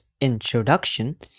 introduction